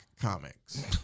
Comics